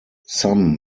some